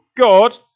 God